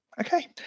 okay